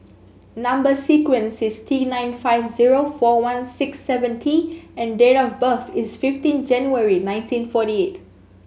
number sequence is T nine five zero four one six seven T and date of birth is fifteen January nineteen forty eight